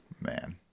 man